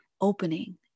opening